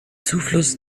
zufluss